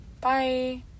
Bye